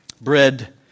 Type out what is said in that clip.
Bread